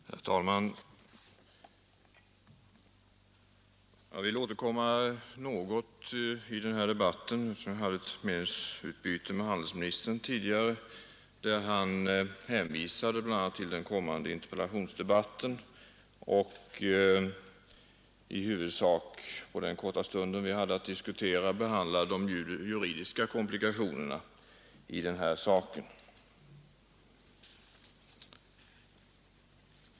Herr talman! Jag vill något återkomma i denna debatt, eftersom jag tidigare hade ett meningsutbyte med handelsministern, där han bl.a. hänvisade till den kommande interpellationsdebatten. På den korta stund vi hade att diskutera behandlade handelsministern i huvudsak de juridiska komplikationerna i ärendet.